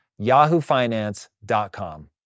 yahoofinance.com